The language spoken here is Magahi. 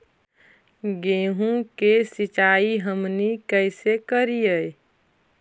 गेहूं के सिंचाई हमनि कैसे कारियय?